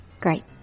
Great